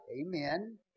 amen